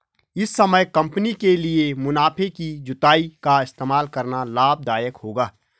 इस समय कंपनी के लिए मुनाफे की जुताई का इस्तेमाल करना लाभ दायक होगा